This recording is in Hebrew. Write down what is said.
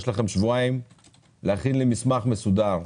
יש לכם שבועיים להכין לי מסמך מסודר,